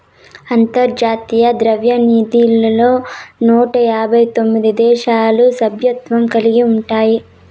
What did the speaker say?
అంతర్జాతీయ ద్రవ్యనిధిలో నూట ఎనబై తొమిది దేశాలు సభ్యత్వం కలిగి ఉండాయి